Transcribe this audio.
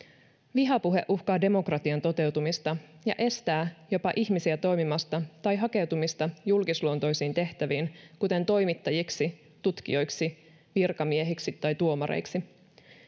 vihapuhe uhkaa demokratian toteutumista ja jopa estää ihmisiä toimimasta tai hakeutumasta julkisluontoisiin tehtäviin kuten toimittajiksi tutkijoiksi virkamiehiksi tai tuomareiksi